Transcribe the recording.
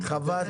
בירוחם.